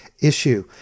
issue